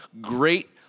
great